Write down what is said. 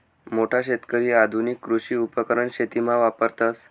मोठा शेतकरी आधुनिक कृषी उपकरण शेतीमा वापरतस